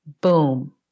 boom